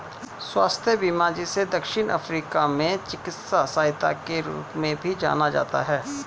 स्वास्थ्य बीमा जिसे दक्षिण अफ्रीका में चिकित्सा सहायता के रूप में भी जाना जाता है